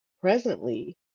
presently